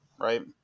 right